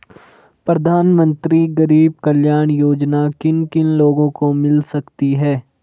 प्रधानमंत्री गरीब कल्याण योजना किन किन लोगों को मिल सकती है?